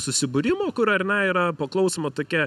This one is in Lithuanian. susibūrimų kur ar ne yra paklausoma tokia